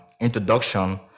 introduction